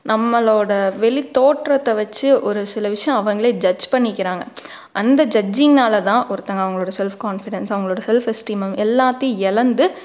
நம்மளோட வெளி தோற்றத்தை வச்சு ஒரு சில விஷயம் அவங்களே ஜட்ஜ் பண்ணிக்கிறாங்க அந்த ஜட்ஜிங்னாலதான் ஒருத்தவங்க அவங்களோட செல்ஃப் கான்ஃபிடன்ஸ் அவங்களோட செல்ஃப் எஸ்டீம் எல்லாத்தியும் இழந்து